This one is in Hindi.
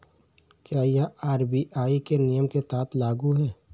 क्या यह आर.बी.आई के नियम के तहत लागू है?